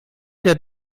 der